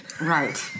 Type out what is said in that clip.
Right